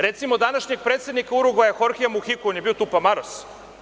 Recimo, današnjeg predsednika Urugvaja Hoze Muhiku, on je bio tupamaros.